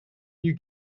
new